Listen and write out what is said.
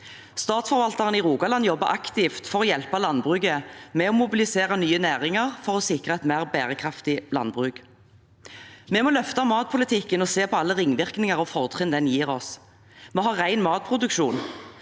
Statsforvalteren i Rogaland jobber aktivt for å hjelpe landbruket med å mobilisere nye næringer for å sikre et mer bærekraftig landbruk. Vi må løfte matpolitikken og se på alle ringvirkningene og fortrinnene den gir oss. Vi har f.eks. en ren matproduksjon.